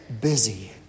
busy